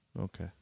Okay